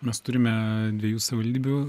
mes turime dviejų savivaldybių